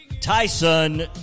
Tyson